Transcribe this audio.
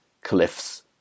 cliffs